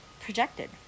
projected